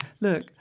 Look